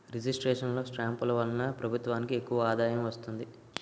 registration లో స్టాంపులు వలన ప్రభుత్వానికి ఎక్కువ ఆదాయం వస్తుంది